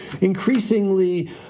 increasingly